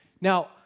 Now